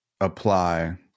apply